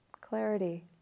clarity